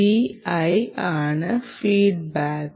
Vi ആണ് feedback